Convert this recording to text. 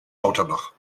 lauterbach